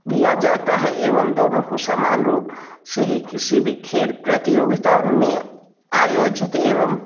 दिया जाता है एवं दोनों को समान रूप से ही किसी भी खेल प्रतियोग्यता में आयोजित एवं